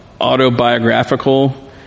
autobiographical